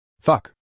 Fuck